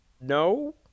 no